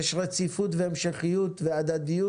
יש רציפות והמשכיות והדדיות